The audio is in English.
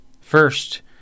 First